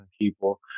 people